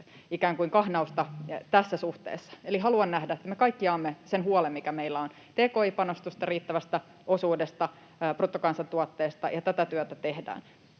ikään kuin kahnausta tässä suhteessa. Eli haluan nähdä, että me kaikki jaamme sen huolen, mikä meillä on tki-panostusten riittävästä osuudesta, bruttokansantuotteesta, ja tätä työtä tehdään.